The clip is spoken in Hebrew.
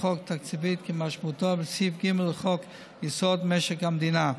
חוק תקציבית כמשמעותה בסעיף 3ג לחוק-יסוד: משק המדינה.